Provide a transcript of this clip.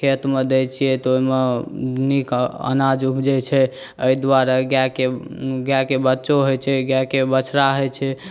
खेतमे दैत छियै तऽ ओहिमे नीक अनाज उपजैत छै एहि दुआरे गाएके बच्चो होइत छै गाएकेँ बछड़ा होइत छै